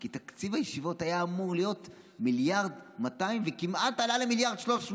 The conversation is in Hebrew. כי תקציב הישיבות היה אמור להיות 1.2 מיליארד וכמעט עלה ל-1.3.